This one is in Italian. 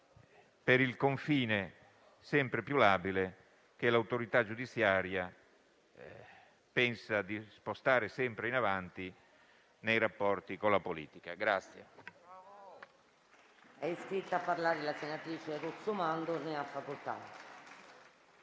per il confine sempre più labile che l'autorità giudiziaria pensa di spostare sempre in avanti nei rapporti con la politica.